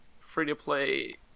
free-to-play